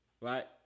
right